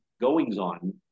goings-on